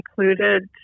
included